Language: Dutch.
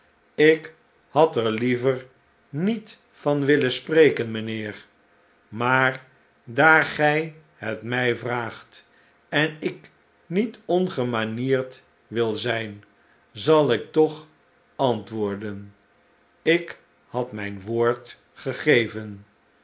ik had er liever niet van willen spreken mijnheer maar daar gij het mij vraagt en ik niet ongemanierd wil zijn zal ik toch antwoorden ik had mijn woord gegeven